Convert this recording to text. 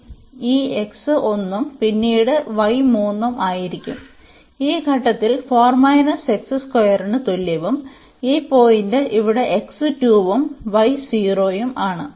അതിനാൽ ഈ x 1 ഉം പിന്നീട് y 3 ഉം ആയിരിക്കും ഈ ഘട്ടത്തിൽ ന് തുല്യവും ഈ പോയിന്റ് ഇവിടെ x 2 ഉം y 0 ഉം ആണ്